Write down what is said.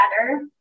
better